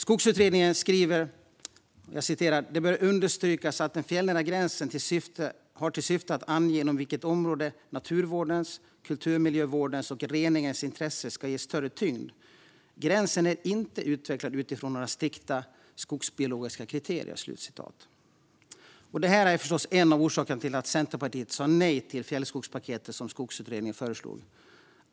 Skogsutredningen skriver: "Det bör understrykas att den fjällnära gränsen har till syfte att ange inom vilket område naturvårdens, kulturmiljövårdens och rennäringens intressen ska ges större tyngd. Gränsen är inte utvecklad utifrån några strikta skogsbiologiska kriterier." Detta är förstås en av orsakerna till att Centerpartiet sa nej till det fjällskogspaket som Skogsutredningen föreslog.